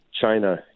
China